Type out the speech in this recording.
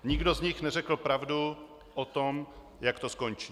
Nikdo z nich neřekl pravdu o tom, jak to skončí.